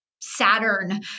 Saturn